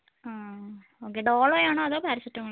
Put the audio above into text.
okay Dolo ആണോ അതോ പാരസെറ്റാമോളാണോ